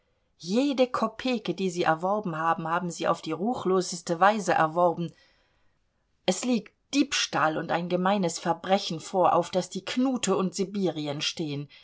jede kopeke die sie erworben haben haben sie auf die ruchloseste weise erworben es liegt diebstahl und ein gemeines verbrechen vor auf das die knute und sibirien stehen